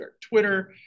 Twitter